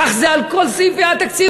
כך זה על כל סעיפי התקציב.